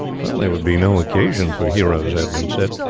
there would be no occasion for heroes, edmund said,